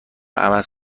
عوض